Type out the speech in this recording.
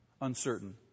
Uncertain